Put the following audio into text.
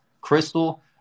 crystal